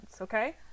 okay